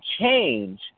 change